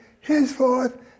henceforth